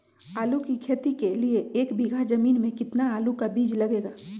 आलू की खेती के लिए एक बीघा जमीन में कितना आलू का बीज लगेगा?